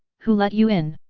who let you in!